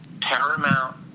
Paramount